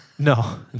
No